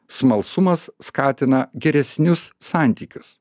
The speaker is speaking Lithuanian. smalsumas skatina geresnius santykius